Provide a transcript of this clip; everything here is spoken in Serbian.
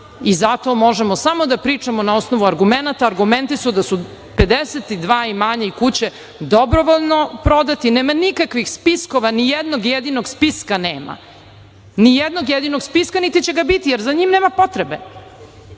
i zato možemo da pričamo samo na osnovu argumenata. Argumenti su da su 52 imanja i kuće dobrovoljno prodati. Nema nikakvih spiskova, ni jednog jedinog spiska nema. Ni jednog jedinog spiska, niti će ga biti, jer za njim nema potrebe. To